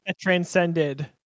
transcended